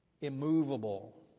immovable